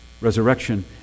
resurrection